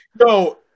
no